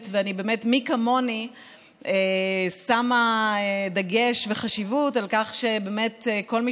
ומי כמוני שמה דגש וחשיבות על כך שכל מי